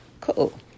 Cool